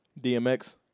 DMX